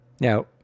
Now